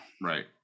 Right